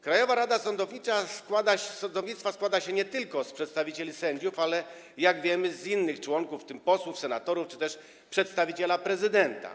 Krajowa Rada Sądownictwa składa się nie tylko z przedstawicieli sędziów, ale - jak wiemy - i z innych członków, w tym posłów, senatorów czy też przedstawiciela prezydenta.